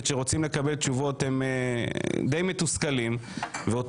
שרוצים לקבל תשובות די מתוסכלים וגם לא